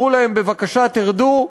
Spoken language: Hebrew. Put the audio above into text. אמרו להם: בבקשה, תרדו.